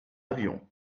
avion